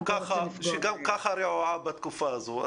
גם כך היציבות הכלכלית רעועה בתקופה הזאת.